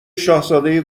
شاهزاده